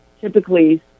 typically